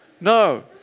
No